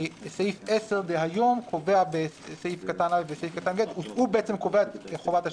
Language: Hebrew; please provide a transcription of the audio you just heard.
כי סעיף 10 דהיום קובע את חובת השקיפות,